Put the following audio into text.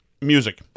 music